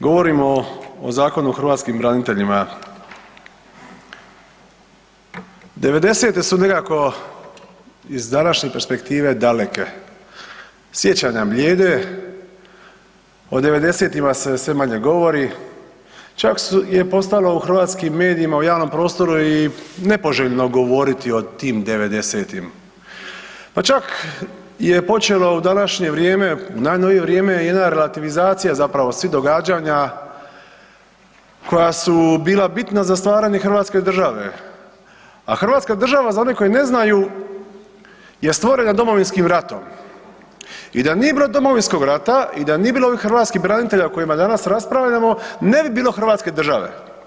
Govorimo o Zakonu o hrvatskim braniteljima. '90.-te su nekako iz današnje perspektive daleke, sjećanja blijede, o '90.-tima se sve manje govori, čak je postalo u hrvatskim medijima u javnom prostoru i nepoželjno govoriti o tim '90.-tim, pa čak je počelo u današnje vrijeme, u najnovije vrijeme jedna rativizacija zapravo svih događanja koja su bila bitna za stvaranje hrvatske države, a hrvatska država za one koji ne znaju je stvorena Domovinskim ratom i da nije bilo Domovinskog rata i da nije bilo ovih hrvatskih branitelja o kojima danas raspravljamo ne bi bilo Hrvatske države.